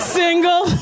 single